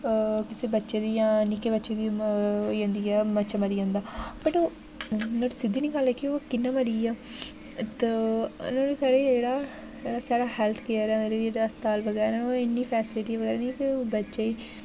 किसै बच्चे दी जां नि'क्के बच्चे दी होई जंदी ऐ बच्चा मरी जंदा वट् ओह् नुहाड़ी सिद्धी नेहीं गल्ल ऐ ओह् कि'यां मरी आ साढ़ा जेह्ड़ा जेह्ड़ा साढ़ा हेल्थ केयर ऐ मतलब कि जेह्ड़ा अस्ताल बगैरा न ओह् इ'यां इ'न्नी फैसिलिटी बगैरा निं ऐ कि बच्चे ई